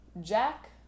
Jack